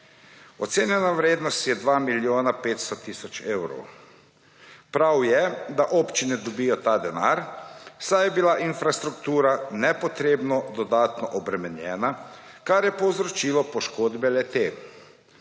Ocenjena vrednost je 2 milijona 500 tisoč evrov. Prav je, da občine dobijo ta denar, saj je bila infrastruktura nepotrebno dodatno obremenjena, kar je povzročila le-te.